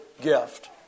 gift